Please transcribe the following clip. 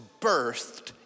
birthed